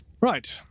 Right